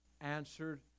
answered